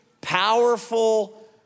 powerful